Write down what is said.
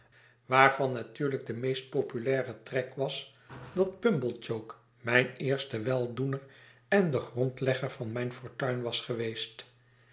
waarvan natuurlijk de meest populaire trek was dat pumblechook mijn eerste weldoener en de grondlegger van mijn fortuin was geweest